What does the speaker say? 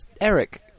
Eric